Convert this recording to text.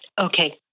Okay